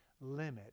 Limit